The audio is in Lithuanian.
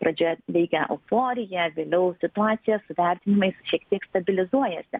pradžioje veikia euforija vėliau situacija su vertinimais šiek tiek stabilizuojasi